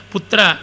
Putra